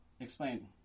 Explain